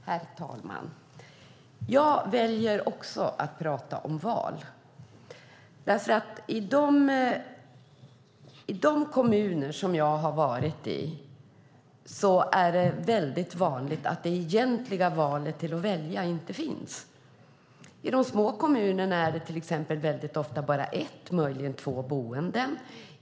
Herr talman! Jag väljer också att prata om val. I de kommuner som jag har besökt är det väldigt vanligt att den egentliga möjligheten att välja inte finns. I de små kommunerna finns det till exempel bara ett eller möjligen två boenden.